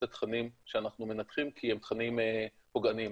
התכנים שאנחנו מנתחים כי הם תכנים פוגעניים.